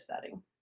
setting